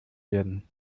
werden